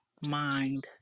mind